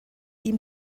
ihm